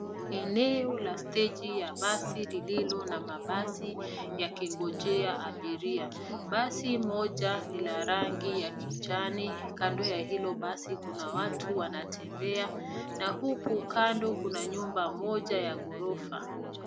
Eneo la steji ya basi lililo na mabasi yakingojea abiria. Basi moja ni la rangi ya kijani. Kando ya hilo basi kuna watu wanatembea, na huku kando kuna nyumba moja ya ghorofa.